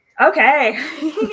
Okay